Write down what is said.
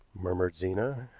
murmured zena.